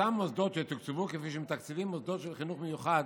שאותם מוסדות יתוקצבו כפי שמתקצבים מוסדות של חינוך מיוחד